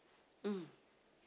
mm